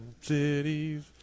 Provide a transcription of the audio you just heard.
cities